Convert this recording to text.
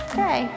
Okay